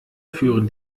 führen